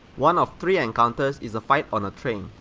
one of three encounters is a fight on a train,